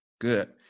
good